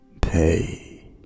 pay